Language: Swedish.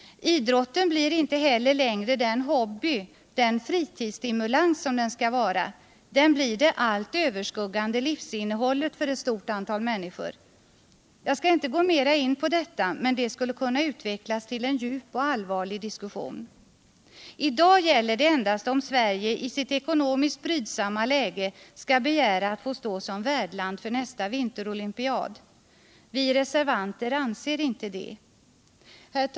Idrotten blir inte helter längre den hobby, den fritidsstimulans som den skall vara. Den blir det allt överskuggande livsinnehållet för ett stort antal människor. Jag skall inte mera gå in på detta, men det skulle kunna utvecklas till en djup och allvarlig diskussion. I dag gäller det endast om Sverige i sitt ekonomiskt brvdsamma läge skall begära att få stå som värdland för nästa vinterolympiad. Vi reservanter anser inte det.